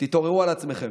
תתעוררו על עצמכם.